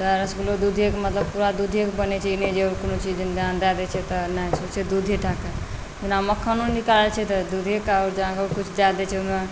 तऽ रसगुल्लो दूधेके मतलब पूरा दूधेके बनैत छै ई नहि जे कोनो चीज दए दैत छै तऽ नहि छुच्छे दूधे टा के जेना मक्खनो निकालैत छै तऽ दूधेके जेना कुछ दए दैत छै ओहिमे